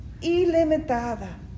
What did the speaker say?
ilimitada